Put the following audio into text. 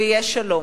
ויהיה שלום.